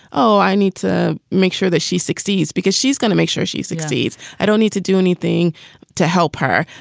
oh, i need to make sure that she succeeds because she's gonna make sure she succeeds. i don't need to do anything to help her.